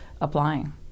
applying